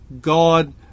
God